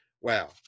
wow